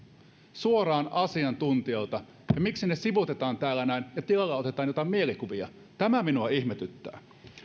suoraan asiantuntijoilta miksi ne sivuutetaan täällä näin ja tilalle otetaan jotain mielikuvia tämä minua ihmetyttää